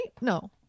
No